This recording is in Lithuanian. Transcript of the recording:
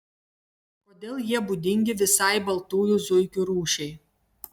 kodėl jie būdingi visai baltųjų zuikių rūšiai